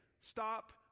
stop